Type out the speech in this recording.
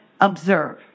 observe